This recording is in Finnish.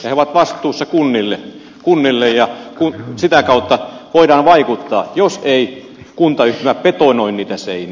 hehän ovat vastuussa kunnille ja sitä kautta voidaan vaikuttaa jos ei kuntayhtymä betonoi niitä seiniä